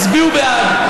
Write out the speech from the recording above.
הצביעו בעד,